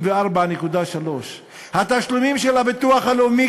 54.3%. התשלומים של הביטוח הלאומי,